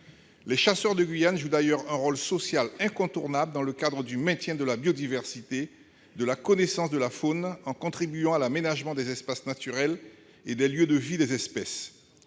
Les chasseurs de Guyane jouent d'ailleurs un rôle social incontournable dans le cadre du maintien de la biodiversité et de la connaissance de la faune en contribuant à l'aménagement des espaces naturels et des lieux de vie des espèces.